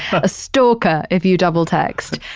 a stalker if you double text.